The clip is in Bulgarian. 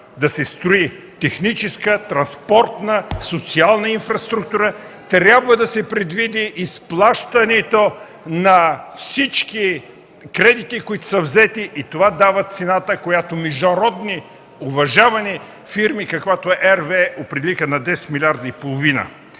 да се строи техническа, транспортна и социална инфраструктура, трябва да се предвиди изплащането на всички кредити, които са взети, и това дава цената, която международни и уважавани фирми, каквато е RWE, определиха на десет милиарда и половина.